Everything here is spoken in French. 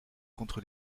contre